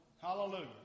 Hallelujah